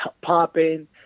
popping